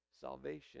salvation